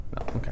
Okay